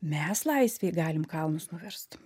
mes laisvėj galim kalnus nuverst